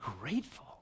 grateful